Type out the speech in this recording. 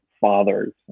fathers